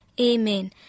Amen